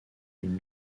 une